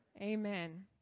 Amen